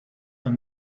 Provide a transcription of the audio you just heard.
than